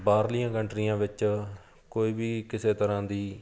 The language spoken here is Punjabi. ਬਾਹਰਲੀਆਂ ਕੰਟਰੀਆਂ ਵਿੱਚ ਕੋਈ ਵੀ ਕਿਸੇ ਤਰ੍ਹਾਂ ਦੀ